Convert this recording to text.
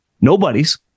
nobody's